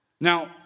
Now